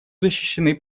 защищены